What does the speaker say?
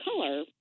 color